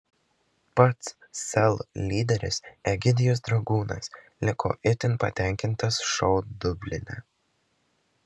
pats sel lyderis egidijus dragūnas liko itin patenkintas šou dubline